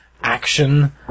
action